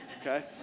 okay